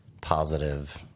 positive